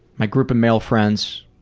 my group of male friends,